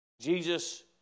Jesus